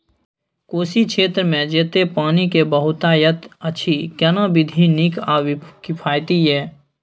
कोशी क्षेत्र मे जेतै पानी के बहूतायत अछि केना विधी नीक आ किफायती ये?